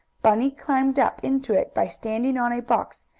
bunny climbed up into it by standing on a box,